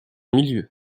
milieu